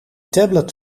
tablet